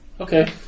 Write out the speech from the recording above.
Okay